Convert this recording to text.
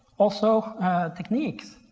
also techniques.